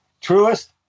truest